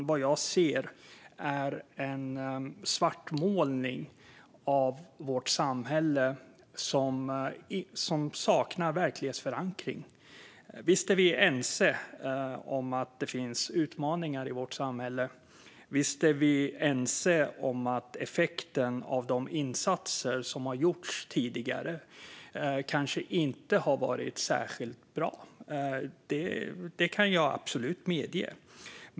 Vad jag ser är i stället en svartmålning av vårt samhälle som saknar verklighetsförankring. Visst är vi ense om att det finns utmaningar i vårt samhälle, och visst är vi ense om att effekten av de insatser som har gjorts tidigare kanske inte har varit särskilt bra. Det kan jag absolut medge.